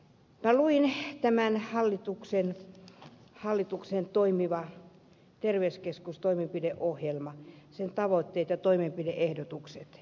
minä luin tämän hallituksen toimiva terveyskeskus toimenpideohjelman sen tavoitteet ja toimenpide ehdotukset